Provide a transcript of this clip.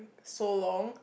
so long